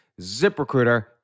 ZipRecruiter